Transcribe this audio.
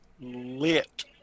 Lit